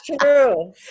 true